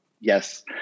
Yes